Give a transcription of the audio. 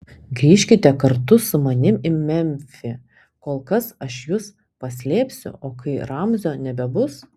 grįžkite kartu su manimi į memfį kol kas aš jus paslėpsiu o kai ramzio nebebus